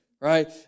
right